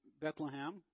Bethlehem